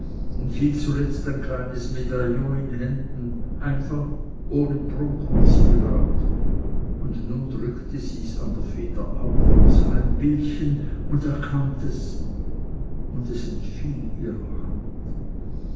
und hielt zuletzt ein kleines medaillon in händen einfach ohne prunk und zierrat und nun drückte sie's an der feder auf und sah ein bildchen und erkannt es und es entfiel ihrer hand